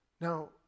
Now